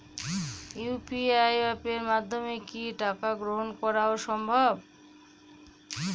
UPI অ্যাপের মাধ্যমে কি টাকা গ্রহণ করাও সম্ভব?